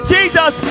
Jesus